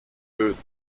böden